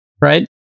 right